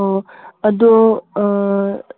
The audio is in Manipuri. ꯑꯣ ꯑꯗꯣ